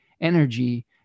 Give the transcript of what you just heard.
energy